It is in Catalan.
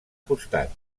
costat